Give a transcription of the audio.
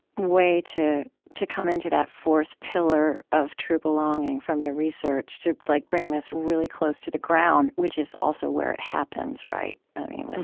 way to to come into that fourth pillar of true belonging from your research to like bring this really close to the ground, which is also where it happens among